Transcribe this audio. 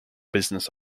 business